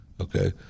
Okay